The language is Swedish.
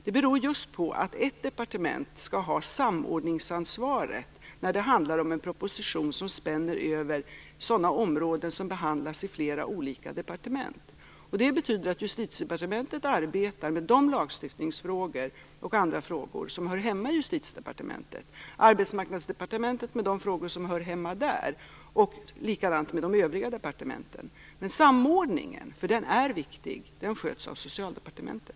Det beror på att ett departement skall ha samordningsansvaret när det handlar om en proposition som spänner över sådana områden som behandlas i flera olika departement. Det betyder att Justitiedepartementet arbetar med de lagstiftningsfrågor och andra frågor som hör hemma i Justitiedepartementet, Arbetsmarknadsdepartementet med de frågor som hör hemma där. Likadant är det med de övriga departementen. Men samordningen, som är viktig, sköts av Socialdepartementet.